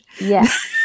Yes